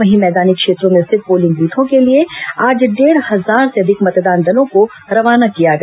वहीं मैदानी क्षेत्रों में स्थित पोलिंग बूथों के लिए आज डेढ़ हजार से अधिक मतदान दलों को रवाना किया गया